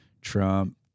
Trump